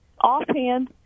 offhand